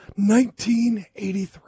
1983